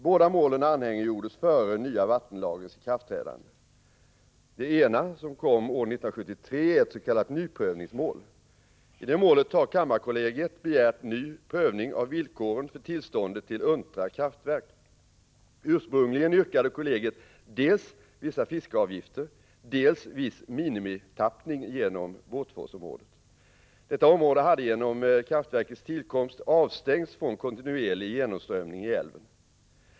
Båda målen anhängiggjordes före den nya vattenlagens ikraftträdande. Det ena, som kom år 1973, är ett s.k. nyprövningsmål. I det målet har kammarkollegiet begärt ny prövning av villkoren för tillståndet till Untra kraftverk. Ursprungligen yrkade kollegiet dels vissa fiskeavgifter, dels viss minimitappning genom Båtforsområdet. Detta område hade genom kraftverkets tillkomst avstängts från kontinuerlig genomströmning i älven.